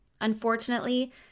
Unfortunately